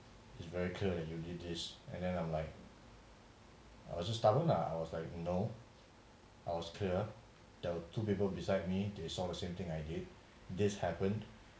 it's very clear that you did this and then I'm like I was just stubborn lah I was like no I was clear the two people beside me they saw the same thing I did this happened